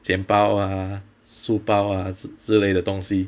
钱包啊书包啊之类的东西